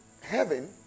Heaven